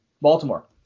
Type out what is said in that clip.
Baltimore